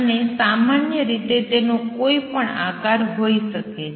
અને સામાન્ય રીતે તેનો કોઈ પણ આકાર હોઈ શકે છે